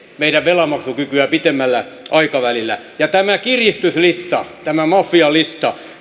meidän velanmaksukykyämme pitemmällä aikavälillä ja tämä kiristyslista tämä mafialista